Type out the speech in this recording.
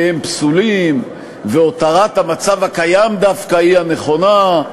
הם פסולים והותרת המצב הקיים דווקא היא הנכונה,